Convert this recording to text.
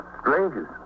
Strangers